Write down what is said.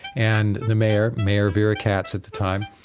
and the mayor, mayor vera katz at the time,